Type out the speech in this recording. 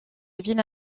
ville